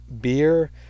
beer